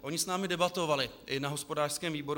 Oni s námi debatovali i na hospodářském výboru.